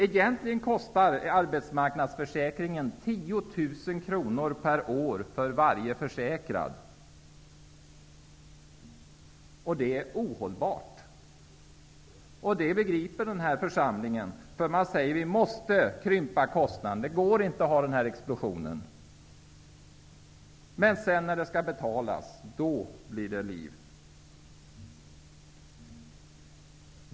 Egentligen kostar arbetsmarknadsförsäkringen 10 000 kronor per år för varje försäkrad, och det är ohållbart. Det begriper den här församlingen. Man säger: Vi måste krympa kostnaderna. Det går inte att ha den här explosionen. Men när det sedan skall betalas blir det liv.